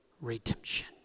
redemption